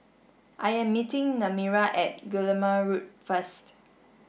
I am meeting Nehemiah at Guillemard Road first